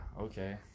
okay